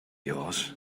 yours